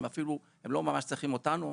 הם אפילו לא ממש צריכים אותנו,